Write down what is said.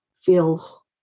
feels